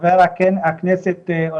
חבר הכנסת,